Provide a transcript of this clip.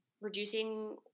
reducing